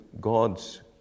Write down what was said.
God's